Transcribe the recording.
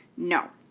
no.